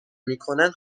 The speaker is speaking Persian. میکنند